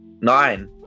nine